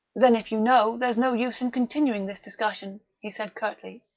then if you know, there's no use in continuing this discussion, he said curtly.